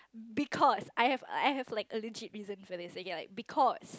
because I have I have like allergy reason because